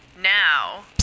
now